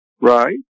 right